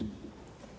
Hvala.